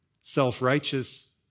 self-righteous